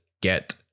get